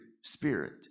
Spirit